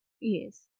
Yes